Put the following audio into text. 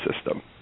system